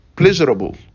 pleasurable